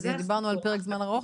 דיברנו על פרק זמן ארוך,